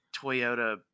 Toyota